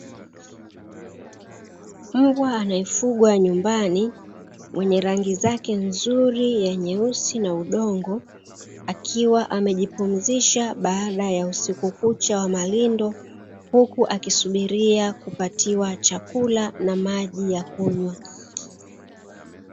Mbwa anayefugwa nyumbani, mwenye rangi zake nzuri ya nyeusi na udongo akiwa amejipumzisha baada ya usiku kucha wa malindo, huku akisubiria kupatiwa chakula na maji ya kunywa.